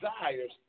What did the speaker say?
desires